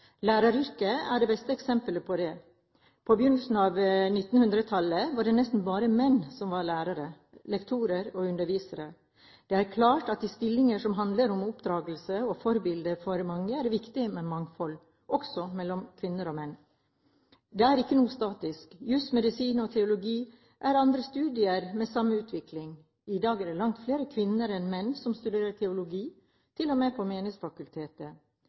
Læreryrket er det beste eksemplet på det. På begynnelsen av 1900-tallet var det nesten bare menn som var lærere, lektorer og undervisere. Det er klart at i stillinger som handler om oppdragelse og forbilder for mange, er det viktig med mangfold, og det er viktig med både kvinner og menn. Det er ikke noe statisk. Jus, medisin og teologi er andre studier med samme utvikling. I dag er det langt flere kvinner enn menn som studerer teologi, til og med på